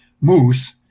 moose